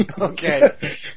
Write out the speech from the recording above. Okay